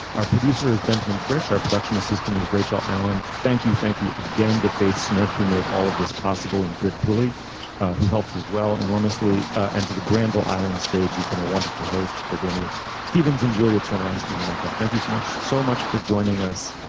our producer is benjamin fresh our production assistant is rachel allen. thank you thank you again to faith smith who made all of this possible and brett pulley who helped as well enormously and into the granville island stage you've been a wonderful host for dana stevens and julia turner i'm stephen micah. thank you so much so much for joining us.